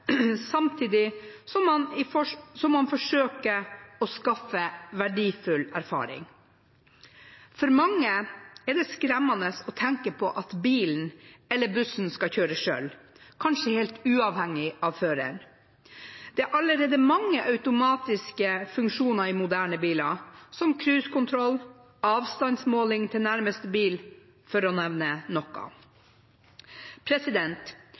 samtidig som man forsøker å skaffe verdifull erfaring. For mange er det skremmende å tenke på at bilen eller bussen skal kjøre selv, kanskje helt uavhengig av føreren. Det er allerede mange automatiske funksjoner i moderne biler, som cruisekontroll og avstandsmåling til nærmeste bil, for å nevne noe.